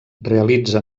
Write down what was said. realitza